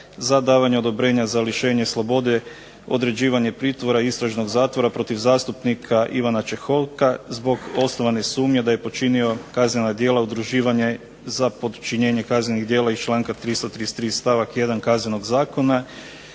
za davanje odobrenja za lišenje slobode, određivanja pritvora i istražnog zatvora protiv zastupnika Ivana Čehoka zbog osnovane sumnje da je počinio kaznena djela udruživanje za počinjenje kaznenih djela iz članka 333. stavak 1. Kaznenog zakona